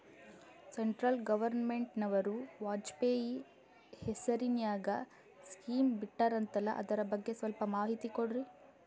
Central ಗವರ್ನಮೆಂಟನವರು ವಾಜಪೇಯಿ ಹೇಸಿರಿನಾಗ್ಯಾ scheme ಬಿಟ್ಟಾರಂತಲ್ಲ ಅದರ ಬಗ್ಗೆ ಸ್ವಲ್ಪ ಮಾಹಿತಿ ಕೊಡ್ರಿ?